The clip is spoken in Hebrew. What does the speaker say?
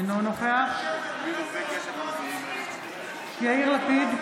אינו נוכח יאיר לפיד,